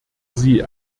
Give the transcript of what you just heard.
sie